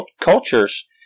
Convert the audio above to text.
Cultures